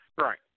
Right